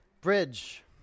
Bridge